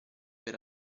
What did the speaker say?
per